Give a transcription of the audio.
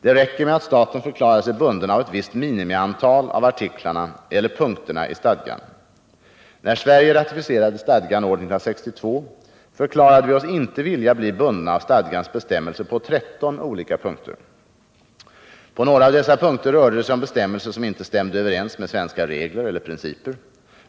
Det räcker med att staten förklarar sig bunden av ett visst minimiantal av artiklarna eller punkterna i stadgan. När Sverige ratificerade stadgan år 1962, förklarade vi oss inte vilja bli bundna av stadgans bestämmelser på 13 olika punkter. På några av dessa punkter rörde det sig om bestämmelser som inte stämde överens med svenska regler eller principer.